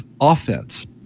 offense